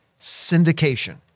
syndication